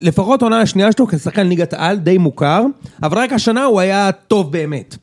לפחות העונה השנייה שלו כשחקן ליגת העל, די מוכר. אבל רק השנה הוא היה טוב באמת.